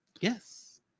Yes